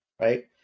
Right